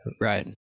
Right